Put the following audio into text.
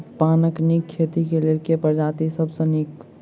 पानक नीक खेती केँ लेल केँ प्रजाति सब सऽ नीक?